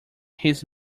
his